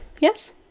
Yes